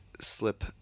slip